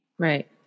Right